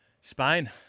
Spain